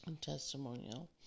testimonial